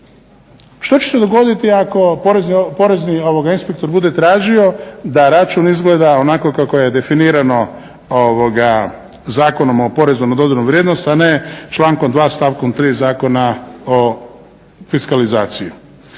što će se dogoditi ako porezni inspektor bude tražio da račun izgleda onako kako je definirano Zakonom o PDV-u, a ne člankom 2. stavkom 3. Zakona o fiskalizaciji.